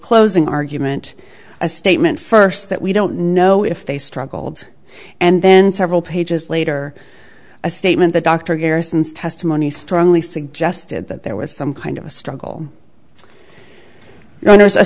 closing argument a statement first that we don't know if they struggled and then several pages later a statement that dr garrisons testimony strongly suggested that there was some kind of a struggle